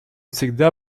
всегда